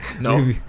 No